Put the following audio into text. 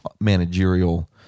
managerial